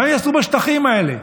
מה יעשו בשטחים האלה?